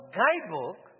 guidebook